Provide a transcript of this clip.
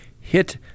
hit